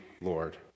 Lord